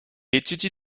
étudie